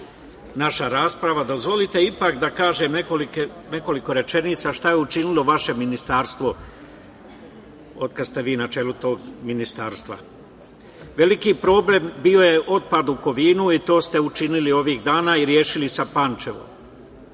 naša rasprava, dozvolite ipak da kažem nekoliko rečenica šta je učinilo vaše Ministarstvo od kada ste vi na čelu tog Ministarstva. Veliki problem bio je otpad u Kovinu i to ste učinili ovih dana i rešili sa Pančevom. Ono